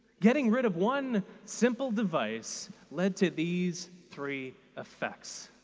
getting rid of one simple device led to these three effects.